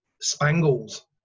Spangles